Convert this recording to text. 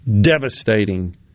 devastating